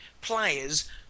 players